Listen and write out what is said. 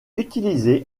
utilisée